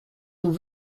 nous